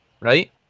right